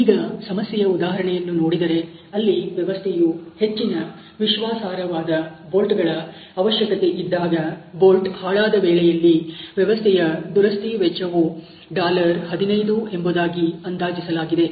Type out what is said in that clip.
ಈಗ ಸಮಸ್ಯೆಯ ಉದಾಹರಣೆಯನ್ನು ನೋಡಿದರೆ ಅಲ್ಲಿ ವ್ಯವಸ್ಥೆಯು ಹೆಚ್ಚಿನ ವಿಶ್ವಾಸಾರ್ಹವಾದ ಬೋಲ್ಟಗಳ ಅವಶ್ಯಕತೆ ಇದ್ದಾಗ ಬೋಲ್ಟ್ ಹಾಳಾದ ವೇಳೆಯಲ್ಲಿ ವ್ಯವಸ್ಥೆಯ ದುರಸ್ತಿ ವೆಚ್ಚವು 15 ಎಂಬುದಾಗಿ ಅಂದಾಜಿಸಲಾಗಿದೆ